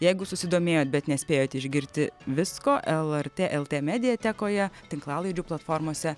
jeigu susidomėjot bet nespėjot išgirti visko lrt lt mediatekoje tinklalaidžių platformose